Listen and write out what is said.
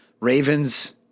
Ravens